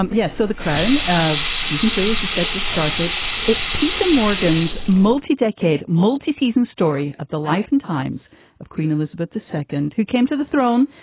um yeah. so the crown of season three, as you said, just started it's peter morgan's multi-decade multi season story of the life and times of queen elizabeth, the second who came to the throne.